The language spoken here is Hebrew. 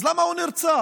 אז למה הוא נרצח?